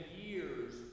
years